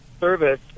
service